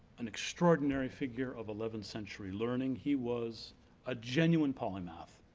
an extraordinary figure of eleventh century learning. he was a genuine polymath.